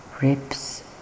ribs